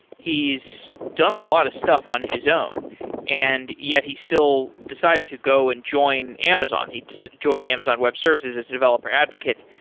he's done a lot of stuff on his own and yet, he still decided to go and join amazon he ah joined amazon web services as a developer advocate,